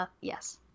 yes